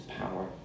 power